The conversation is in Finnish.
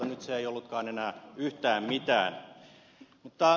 nyt se ei ollutkaan enää yhtään mitään